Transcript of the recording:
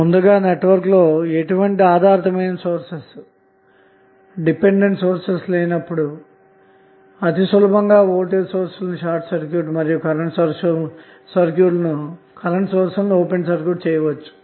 ముందుగా నెట్వర్క్ లో ఎటువంటి ఆధారితమైన సోర్సెస్ లేనప్పుడు అతిసులభంగా వోల్టేజ్ సోర్స్ లను షార్ట్ సర్క్యూట్ మరియు కరెంటు సోర్స్ లను ఓపెన్ సర్క్యూట్ చేయవచ్చు